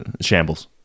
Shambles